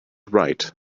right